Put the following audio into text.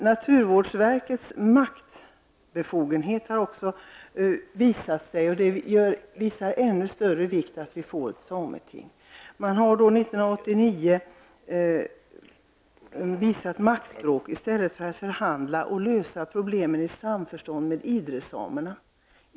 Naturvårdsverkets maktbefogenhet har också visat sig, vilket gör att det är ännu viktigare att det skapas ett sameting. Man visade 1989 maktspråk i stället för att förhandla och lösa problemen i samförstånd med Idresamerna.